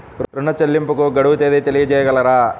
ఋణ చెల్లింపుకు గడువు తేదీ తెలియచేయగలరా?